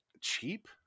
cheap